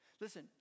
Listen